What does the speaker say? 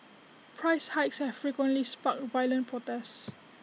price hikes have frequently sparked violent protests